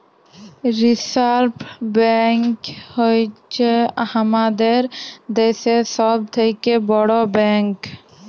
reserve bank হ্য়চ্ছ হামাদের দ্যাশের সব থেক্যে বড় ব্যাঙ্ক